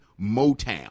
Motown